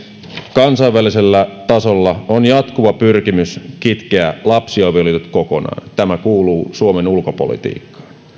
kansainvälisellä tasolla on jatkuva pyrkimys kitkeä lapsiavioliitot kokonaan tämä kuuluu suomen ulkopolitiikkaan